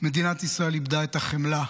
מדינת ישראל איבדה את החמלה,